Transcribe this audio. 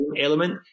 element